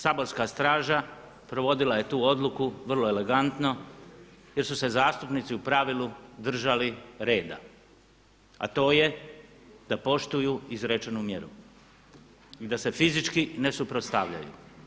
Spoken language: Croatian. Saborska straža provodila je tu odluku vrlo elegantno jer su se zastupnicu u pravilu držali reda, a to je da poštuju izrečenu mjeru i da se fizički ne suprotstavljaju.